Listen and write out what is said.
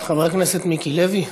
חבר הכנסת מיקי לוי.